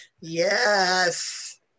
Yes